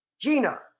Gina